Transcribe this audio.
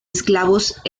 esclavos